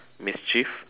mischief